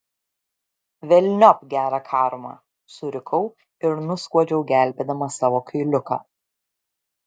velniop gerą karmą surikau ir nuskuodžiau gelbėdama savo kailiuką